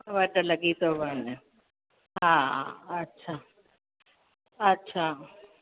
उहो त लॻी थो वञे हा अच्छा अच्छा